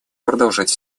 продолжать